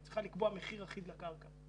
היא צריכה לקבוע מחיר אחיד לקרקע.